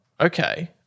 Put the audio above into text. okay